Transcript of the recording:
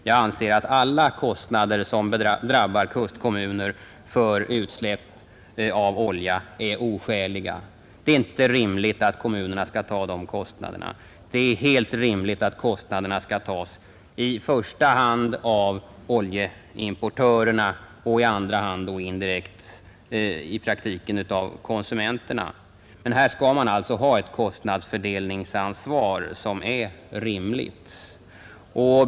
Jag anser att alla kostnader som drabbar kustkommuner för utsläpp av olja är oskäliga. Det är inte rimligt att kommunerna skall ta de kostnaderna. Det är helt riktigt att kostnaderna skall tas i första hand av oljeimportörerna och därmed i andra hand indirekt av konsumenterna. Man skall alltså ha ett rimligt kostnadsfördelningsansvar.